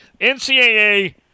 NCAA